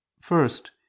First